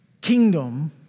kingdom